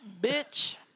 bitch